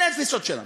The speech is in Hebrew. אלה התפיסות שלנו.